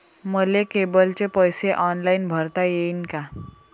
मले केबलचे पैसे ऑनलाईन भरता येईन का?